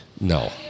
No